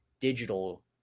digital